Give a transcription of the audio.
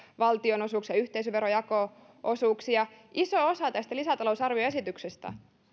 valtionosuuksia yhteisöveron jako osuuksia iso osa tästä lisätalousarvioesityksestä